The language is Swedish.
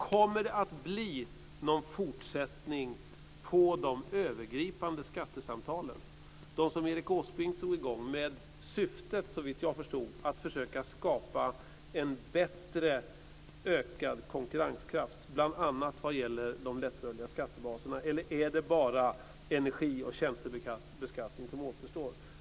Kommer det att bli någon fortsättning på de övergripande skattesamtalen som Erik Åsbrink drog i gång med syftet, såvitt jag förstod, att försöka skapa en bättre, ökad konkurrenskraft bl.a. vad gäller de lättrörliga skattebaserna? Eller är det bara energi och tjänstebeskattning som återstår?